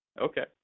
Okay